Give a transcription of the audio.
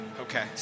Okay